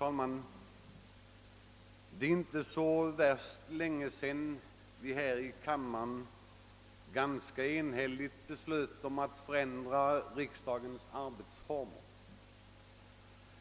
Herr talman! Det är inte länge sedan vi här i kammaren ganska enhälligt beslöt att förändra riksdagens arbetsformer.